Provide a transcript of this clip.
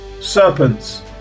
Serpents